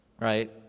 Right